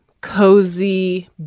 cozy